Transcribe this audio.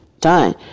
Done